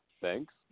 Thanks